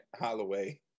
Holloway